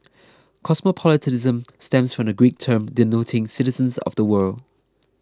cosmopolitanism stems from the Greek term denoting citizens of the world